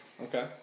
Okay